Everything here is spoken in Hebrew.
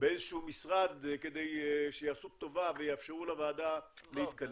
באיזה שהוא משרד כדי שיעשו טובה ויאפשרו לוועדה התכנס.